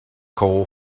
coal